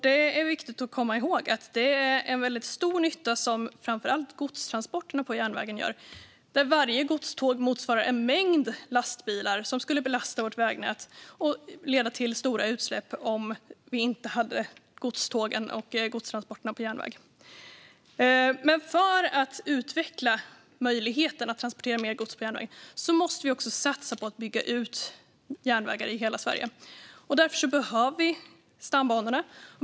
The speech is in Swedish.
Det är viktigt att komma ihåg att framför allt godstransporterna på järnväg gör stor nytta. Varje godståg motsvarar en mängd lastbilar som annars skulle belasta vårt vägnät och leda till stora utsläpp. För att utveckla möjligheten att transportera mer gods på järnväg måste vi också satsa på att bygga ut järnvägar i hela Sverige. Därför behöver vi stambanorna.